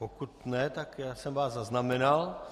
Pokud ne, tak já jsem vás zaznamenal.